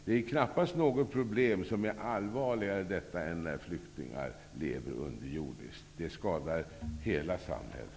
Det är knappast nå got problem som är allvarligare än när flyktingar lever underjordiskt. Det skadar hela samhället.